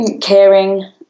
caring